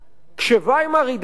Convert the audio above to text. כשוויימאר הידרדרה,